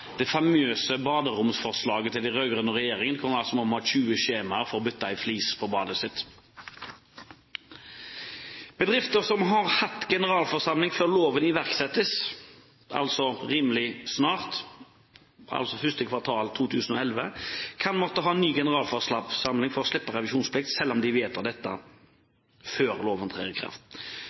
det famøse baderomsforslaget til den rød-grønne regjeringen, som går ut på at man må ha 20 skjemaer for å få byttet ut en flis på badet sitt. Bedrifter som har hatt generalforsamling før loven iverksettes, altså rimelig snart, nemlig 1. kvartal 2011, kan måtte ha ny generalforsamling for å slippe revisjonsplikt, selv om de vedtar dette før loven trer i kraft.